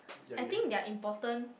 I think they're important